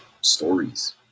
stories